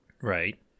Right